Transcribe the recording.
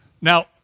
Now